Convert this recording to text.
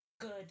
good